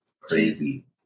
crazy